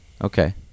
Okay